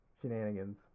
shenanigans